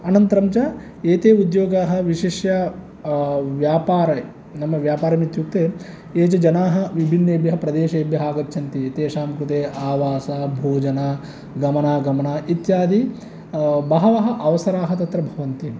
अनन्तरं च एते उद्योगाः विशेष्य व्यापारये नाम व्यापारम् इत्युक्ते ये च जनाः विभिन्नेभ्यः प्रदेशेभ्यः आगच्छन्ति तेषां कृते आवासः भोजनं गमनागमनम् इत्यादि बहवः अवसरः तत्र भवन्ति